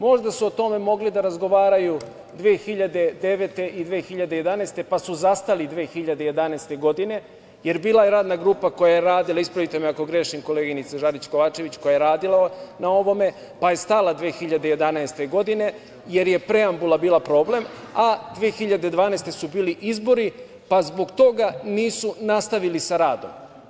Možda su o tome mogli da razgovaraju 2009. i 2011. godine, pa su zastali 2011. godine, jer bila je radna grupa koja je radila, ispravite me ako grešim, koleginice Žarić Kovačević, koja je radila na ovome, pa je stala 2011. godine, jer je preambula bila problem, a 2012. godine su bili izbori, pa zbog toga nisu nastavili sa radom.